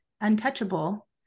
untouchable